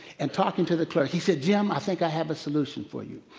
and talking to the clerk, he said, jim, i think i have a solution for you.